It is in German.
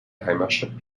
heimatstadt